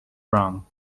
wrong